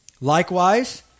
likewise